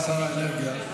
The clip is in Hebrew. שר האנרגיה,